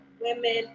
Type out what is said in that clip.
women